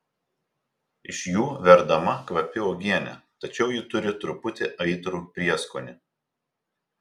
iš jų verdama kvapi uogienė tačiau ji turi truputį aitrų prieskonį